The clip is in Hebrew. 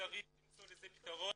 צריך למצוא לזה פתרון.